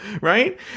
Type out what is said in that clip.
Right